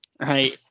Right